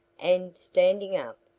and, standing up,